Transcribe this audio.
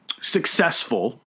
successful